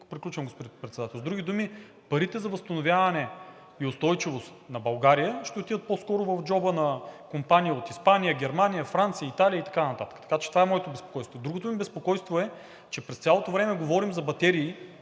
Приключвам, господин Председател. С други думи, парите за възстановяване и устойчивост на България ще отидат по-скоро в джоба на компании от Испания, Германия, Франция, Италия и така нататък. Така че това е моето безпокойство. Другото ми безпокойство е, че през цялото време говорим за батерии